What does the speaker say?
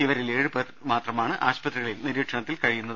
ഇവരിൽ ഏഴുപേർ മാത്രമാണ് ആശുപത്രികളിൽ നിരീക്ഷണത്തിൽ കഴിയുന്നത്